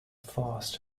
fast